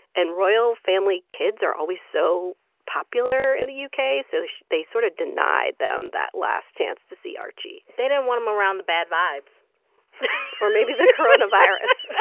and royal family kids are always so popular in the u k, so they sort of denied them that last chance to see archie they didn't want him around the bad vibes or maybe the coronavirus